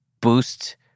boost